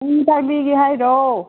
ꯅꯪ ꯍꯦꯟꯇꯥꯛ ꯂꯤꯒꯦ ꯍꯥꯏꯔꯣ